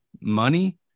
money